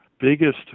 biggest